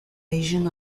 asian